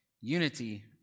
unity